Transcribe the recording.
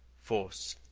force,